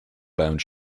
bound